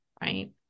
right